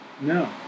No